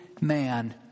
man